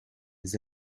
les